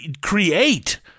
create